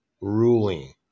ruling